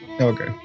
okay